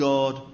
God